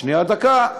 שנייה, דקה.